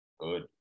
Good